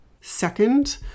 Second